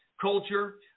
culture